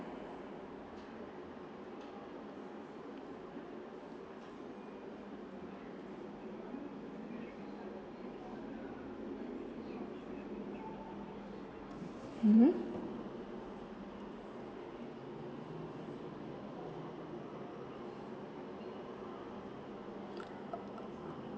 mmhmm